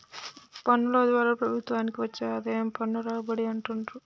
పన్నుల ద్వారా ప్రభుత్వానికి వచ్చే ఆదాయం పన్ను రాబడి అంటుండ్రు